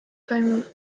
toimub